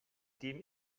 team